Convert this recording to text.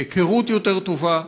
להיכרות יותר טובה.